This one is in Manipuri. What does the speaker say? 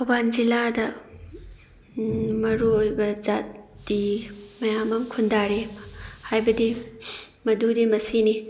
ꯊꯧꯕꯥꯜ ꯖꯤꯂꯥꯗ ꯃꯔꯨ ꯑꯣꯏꯕ ꯖꯥꯇꯤ ꯃꯌꯥꯝ ꯑꯃ ꯈꯨꯟꯗꯥꯔꯤ ꯍꯥꯏꯕꯗꯤ ꯃꯗꯨꯗꯤ ꯃꯁꯤꯅꯤ